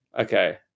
okay